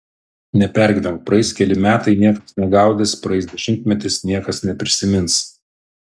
nepergyvenk praeis keli metai niekas negaudys praeis dešimtmetis niekas neprisimins